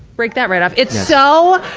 break that right off. it's so,